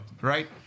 Right